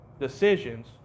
decisions